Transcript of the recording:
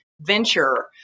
venture